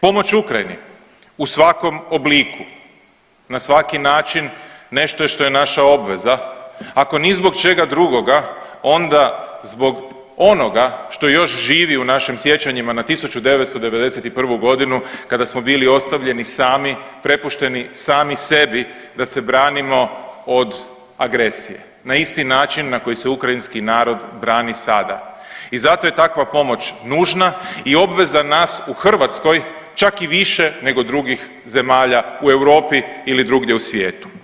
Pomoć Ukrajini u svakom obliku, na svaki način nešto je što je naša obveza ako ni zbog čega drugoga onda zbog onoga što još živi u našim sjećanjima na 1991.g. kada smo bili ostavljeni sami, prepušteni sami sebi da se branimo od agresije, na isti način na koji se ukrajinski narod brani sada i zato je takva pomoć nužna i obveza nas u Hrvatskoj čak i više nego drugih zemalja u Europi ili drugdje u svijetu.